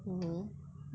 mmhmm